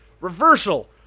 Reversal